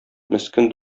мескен